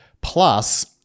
Plus